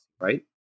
right